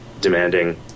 demanding